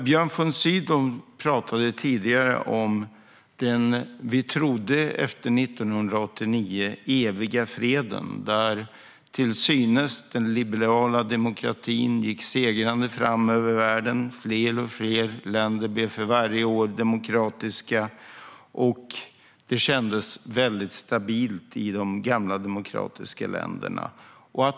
Björn von Sydow pratade tidigare om det som vi efter 1989 trodde var den eviga freden. Den liberala demokratin gick till synes segrande fram över världen. För varje år blev fler och fler länder demokratiska, och det kändes väldigt stabilt i de gamla demokratiska länderna.